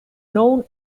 known